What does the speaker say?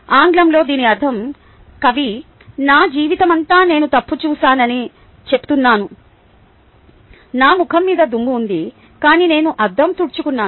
ఆంగ్లంలో దీని అర్థం కవి నా జీవితమంతా నేను తప్పు చేశానని చెప్తున్నాను నా ముఖం మీద దుమ్ము ఉంది కాని నేను అద్దం తుడుచుకున్నాను